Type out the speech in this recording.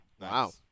Wow